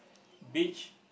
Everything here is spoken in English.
beach